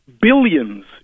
billions